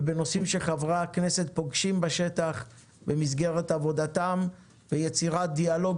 ובנושאים שחברי הכנסת פוגשים בשטח במסגרת עבודתם ויצירת דיאלוג